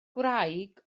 gwraig